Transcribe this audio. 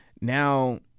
Now